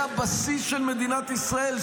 זה הבסיס של מדינת ישראל,